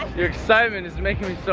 your excitement is making me so